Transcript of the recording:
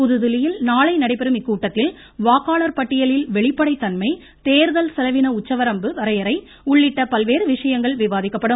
புதுதில்லியில் நாளை நடைபெறும் இக்கூட்டத்தில் வாக்காளர் பட்டியலில் வெளிப்படைத் தன்மை தேர்தல் செலவின உச்சவரம்பு வரையறை உள்ளிட்ட பல்வேறு விசயங்கள் விவாதிக்கப்படும்